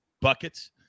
Buckets